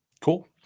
cool